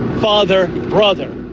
father, brother.